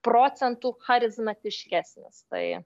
procentų charizmatiškesnis tai